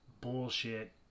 bullshit